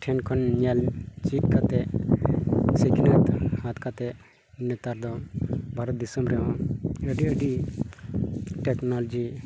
ᱴᱷᱮᱱ ᱠᱷᱚᱱ ᱧᱮᱞ ᱪᱮᱫ ᱠᱟᱛᱮ ᱥᱤᱠᱷᱱᱟᱹᱛ ᱦᱟᱛᱟᱣ ᱠᱟᱛᱮ ᱱᱮᱛᱟᱨ ᱫᱚ ᱵᱷᱟᱨᱚᱛ ᱫᱤᱥᱚᱢ ᱨᱮᱦᱚᱸ ᱟᱹᱰᱤ ᱟᱹᱰᱤ ᱴᱮᱠᱱᱳᱞᱚᱡᱤ